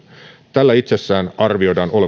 tällä itsessään arvioidaan olevan ennalta